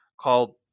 called